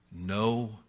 no